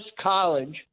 College